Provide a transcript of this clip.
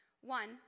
One